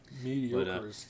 mediocre